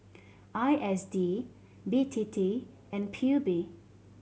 I S D B T T and P U B